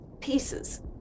pieces